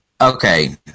Okay